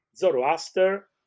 Zoroaster